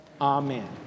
Amen